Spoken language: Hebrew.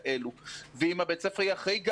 אם בית הספר יהיה אחראי,